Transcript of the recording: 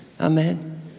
Amen